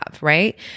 right